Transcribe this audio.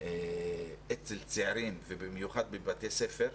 אצל צעירים ובמיוחד בבתי ספר.